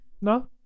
No